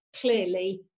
clearly